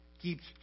keeps